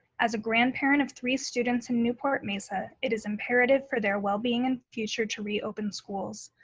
as a grandparent of three students in newport mesa, it is imperative for their well being and future to reopen schools,